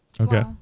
Okay